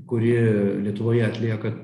kuri lietuvoje atlieka